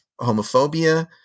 homophobia